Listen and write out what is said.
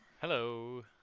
hello